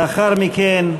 לאחר מכן,